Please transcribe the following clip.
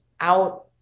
out